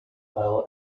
isle